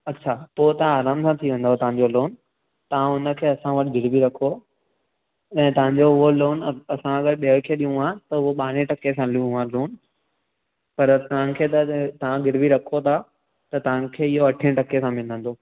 अच्छा पोइ तव्हां आराम सां थी वेंदव तव्हांजो लोन तव्हां हुनखे असां वटि गिरवी रखो ऐं तव्हांजो उहो लोन अस असां अगरि ॿिए खे ॾियूं आहे त उहो ॿारहं टके सां लियूं आ लोन पर असांखे त तव्हां गिरवी रखो था त तव्हांखे इहो अठे टके सां मिलंदो